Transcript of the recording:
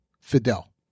Fidel